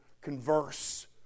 converse